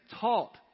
taught